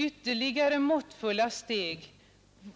Ytterligare måttfulla steg